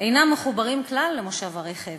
אינם מחוברים כלל למושב הרכב.